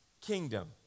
kingdom